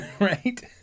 right